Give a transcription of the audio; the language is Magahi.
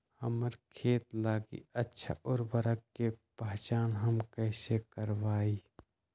हमार खेत लागी अच्छा उर्वरक के पहचान हम कैसे करवाई?